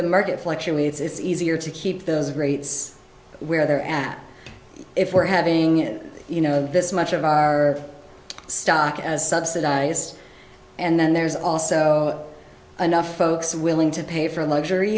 the market fluctuates it's easier to keep those rates where they're at if we're having it you know this much of our stock as subsidize and then there's also another folks willing to pay for luxury